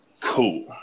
Cool